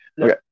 Okay